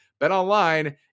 BetOnline